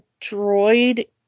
droid